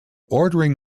ordering